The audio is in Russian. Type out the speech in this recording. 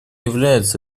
является